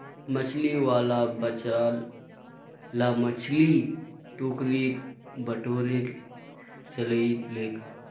मछली वाला बचाल ला मछली टोकरीत बटोरे चलइ गेले